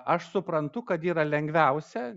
aš suprantu kad yra lengviausia